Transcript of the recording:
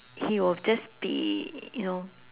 he will just be you know